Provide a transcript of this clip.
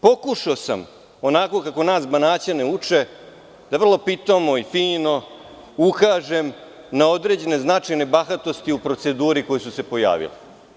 Pokušao sam onako kako nas Banaćane uče, da vrlo pitomo i fino ukažem na određene značajne bahatosti u proceduri koje su se pojavile.